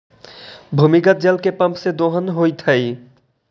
भूमिगत जल के पम्प से दोहन होइत हई